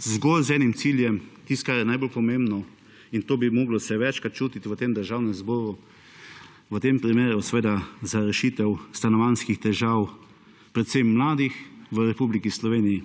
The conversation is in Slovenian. zgolj z enim ciljem, tisto kar je najbolj pomembno in to bi se moralo večkrat čutiti v tem državnem zboru v tem primeru seveda za rešitev stanovanjskih težave, predvsem mladih v Republiki Sloveniji.